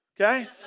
Okay